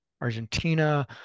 Argentina